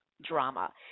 drama